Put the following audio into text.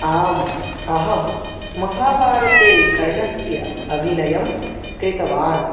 आम् अहं महाभारते कर्णस्य अभिनयं कृतवान्